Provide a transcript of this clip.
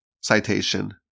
citation